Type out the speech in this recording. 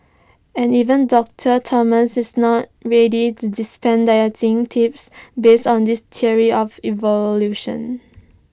and even doctor Thomas is not ready to dispense dieting tips based on this theory of evolution